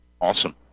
Awesome